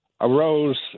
arose